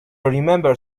remember